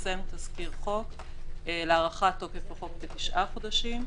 פרסם תזכיר חוק להארכת תוקף החוק בתשעה חודשים,